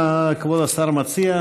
מה כבוד השר מציע?